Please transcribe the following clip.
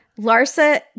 Larsa